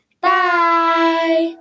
Bye